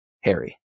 Harry